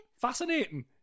Fascinating